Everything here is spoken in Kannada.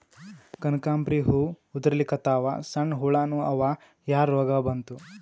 ಕನಕಾಂಬ್ರಿ ಹೂ ಉದ್ರಲಿಕತ್ತಾವ, ಸಣ್ಣ ಹುಳಾನೂ ಅವಾ, ಯಾ ರೋಗಾ ಬಂತು?